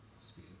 speed